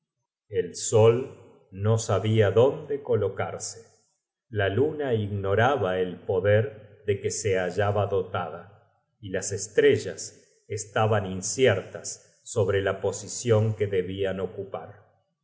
el sol no sabia dónde colocarse la luna ignoraba el poder de que se hallaba dotada y las estrellas estaban inciertas sobre la posicion que debian ocupar